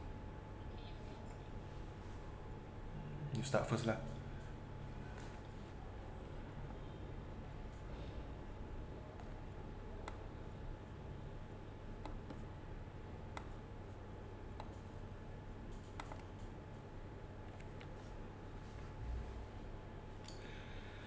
you start first lah